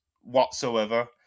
whatsoever